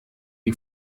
die